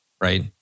right